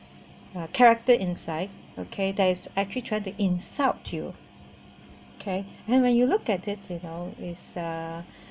uh character inside okay that is actually trying to insult you okay then when you look at it you know is uh